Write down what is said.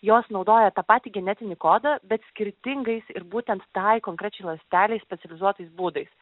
jos naudoja tą patį genetinį kodą bet skirtingais ir būtent tai konkrečiai ląstelei specializuotais būdais